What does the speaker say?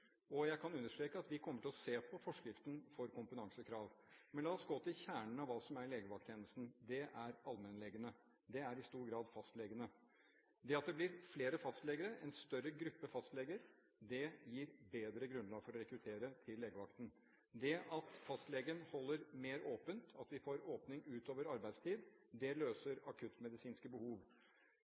Jeg kan understreke at vi kommer til å se på forskriften for kompetansekrav. Men la oss gå til kjernen av hva som er legevakttjenesten. Det er allmennlegene. Det er i stor grad fastlegene. Det at det blir flere fastleger og en større gruppe fastleger, gir bedre grunnlag for å rekruttere til legevakten. Det at fastlegen holder mer åpent, at vi får åpningstider utover arbeidstid, løser akuttmedisinske behov.